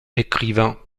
écrivain